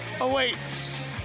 awaits